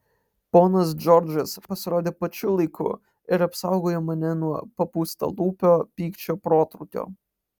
ponas džordžas pasirodė pačiu laiku ir apsaugojo mane nuo papūstalūpio pykčio protrūkio